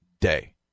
day